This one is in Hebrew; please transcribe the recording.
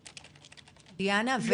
דיאנה?